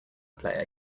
player